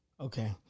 Okay